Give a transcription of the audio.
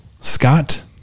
Scott